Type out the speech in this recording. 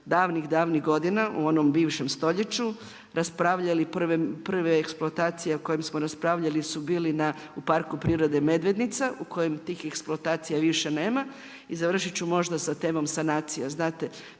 davnih godina u onom bivšem stoljeću raspravljali prve eksploatacije o kojima smo raspravljali su bili u Parku prirode Medvednica u kojim tih eksploatacija više nema. I završit ću možda sa temom sanacija.